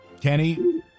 Kenny